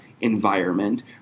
environment